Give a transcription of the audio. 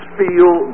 feel